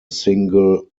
single